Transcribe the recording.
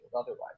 otherwise